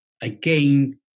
again